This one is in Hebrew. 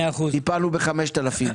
טיפלנו ב-5,000.